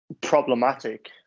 problematic